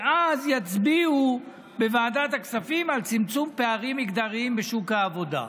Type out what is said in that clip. ואז יצביעו בוועדת הכספים על צמצום פערים מגדריים בשוק העבודה.